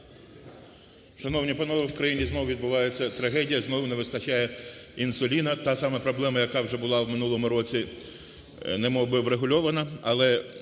Шановні панове, в країні знов відбувається трагедія, знов не вистачає інсуліну. Та сама проблема, яка вже була в минулому році, немовби врегульована,